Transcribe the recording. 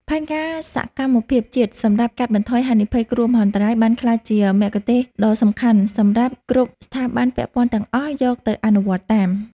ផែនការសកម្មភាពជាតិសម្រាប់កាត់បន្ថយហានិភ័យគ្រោះមហន្តរាយ បានក្លាយជាមគ្គុទ្ទេសក៍ដ៏សំខាន់សម្រាប់គ្រប់ស្ថាប័នពាក់ព័ន្ធទាំងអស់យកទៅអនុវត្តតាម។